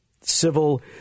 civil